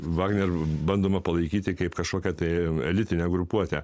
vagnerio bandoma palaikyti kaip kažkokia tai elitinė grupuotė